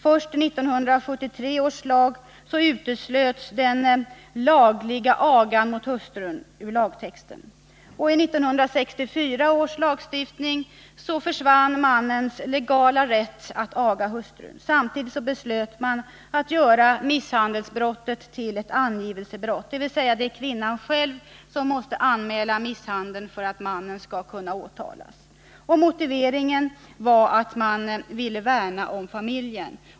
Först i 1973 års lag uteslöts den ”lagliga agan mot hustrun” ur lagtexten. I 1964 års lagstiftning försvann mannens legala rätt att aga hustrun. Samtidigt beslöt man att göra misshandelsbrottet till ett angivelsebrott, dvs. det är kvinnan själv som måste anmäla misshandeln för att mannen skall kunna åtalas. Motiveringen var att man ville ”värna om familjen”.